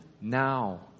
now